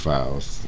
Files